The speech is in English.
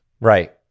right